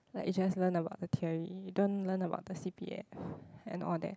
like you just learn about the theory you don't learn about the c_p_f and all that